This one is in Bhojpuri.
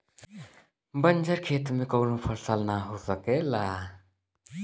बंजर खेत में कउनो फसल ना हो सकेला